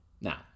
Now